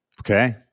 Okay